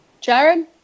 Jared